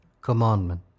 commandment